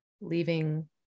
leaving